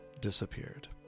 disappeared